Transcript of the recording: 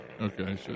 Okay